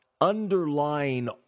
underlying